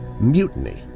mutiny